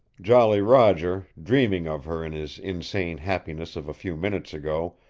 jolly roger, dreaming of her in his insane happiness of a few minutes ago,